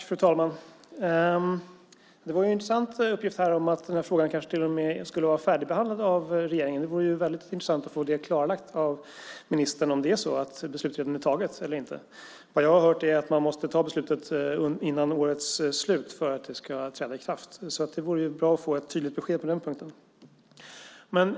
Fru talman! Det var en intressant uppgift att den här frågan kanske till och med är färdigbehandlad av regeringen. Det vore väldigt intressant att få klarlagt av ministern om beslut redan är fattat. Vad jag har hört är att man måste fatta beslutet före årets slut för att det ska träda i kraft. Det vore bra att få ett tydligt besked på den punkten.